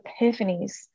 epiphanies